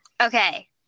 Okay